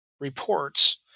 reports